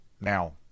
Now